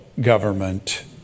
government